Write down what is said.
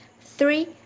three